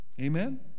Amen